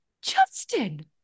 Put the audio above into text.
Justin